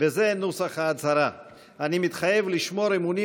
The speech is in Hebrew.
זה נוסח ההצהרה: אני מתחייב לשמור אמונים